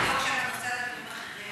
צריך לדאוג, מחירים.